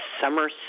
summer